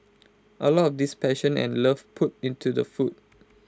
A lot of this passion and love put into the food